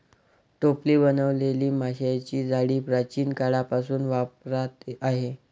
टोपली बनवलेली माशांची जाळी प्राचीन काळापासून वापरात आहे